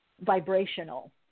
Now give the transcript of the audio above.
vibrational